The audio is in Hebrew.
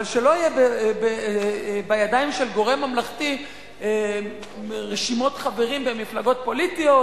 אבל שלא יהיו בידיים של גורם ממלכתי רשימות חברים במפלגות פוליטיות,